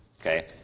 Okay